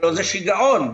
זה שיגעון.